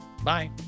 Bye